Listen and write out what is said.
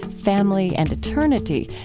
family, and eternity,